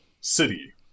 city